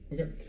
Okay